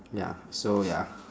ya so ya